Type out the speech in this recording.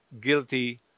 guilty